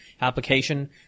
application